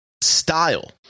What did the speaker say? style